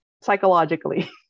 psychologically